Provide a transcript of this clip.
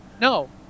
No